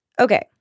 Okay